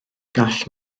gall